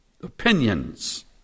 opinions